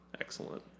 excellent